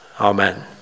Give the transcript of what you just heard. Amen